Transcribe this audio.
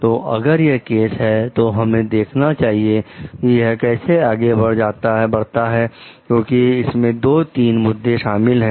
तो अगर यह केस है तो हमें देखना चाहिए कि यह कैसे आगे बढ़ता है क्योंकि इसमें दो तीन मुद्दे शामिल हैं